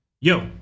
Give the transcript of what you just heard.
Yo